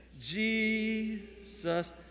Jesus